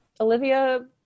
Olivia